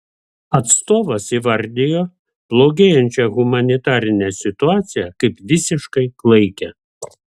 atstovas įvardijo blogėjančią humanitarinę situaciją kaip visiškai klaikią